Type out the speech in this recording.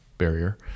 barrier